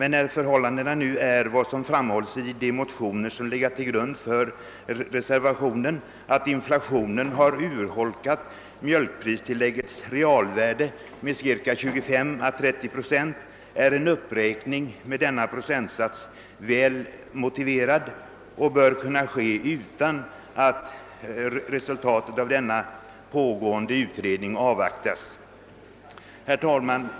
Nu har emellertid — vilket framhållits i de motioner som legat till grund för reservationen 3 — inflationen urholkat mjölkpristilläggets realvärde med 25 å 30 procent. En uppräkning med denna procentsats är därför väl motiverad och bör kunna göras utan att resultatet av den pågående utredningen avvaktas. Herr talman!